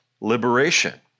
liberation